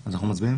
אז אנחנו נצביע.